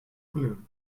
balloon